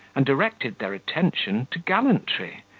and directed their attention to gallantry,